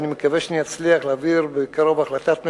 אני מקווה שאני אצליח להעביר בקרוב החלטת ממשלה,